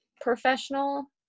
professional